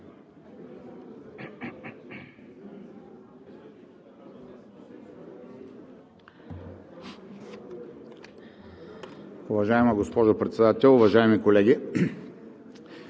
Уважаема госпожо Председател, уважаеми колеги!